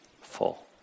full